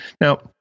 Now